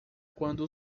quando